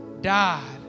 died